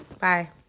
Bye